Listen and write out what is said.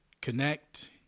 connect